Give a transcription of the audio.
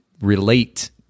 relate